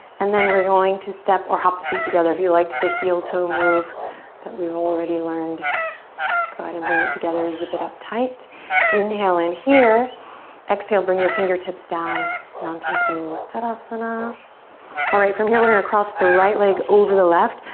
and then we're going to step or hop the feet together. if you liked the heel toe move that we've already learned go ahead and bring it together is a bit uptight inhale in here exhale bring your fingertips down mountain pose, tadasana all right from here. we're gonna cross the right leg over the left.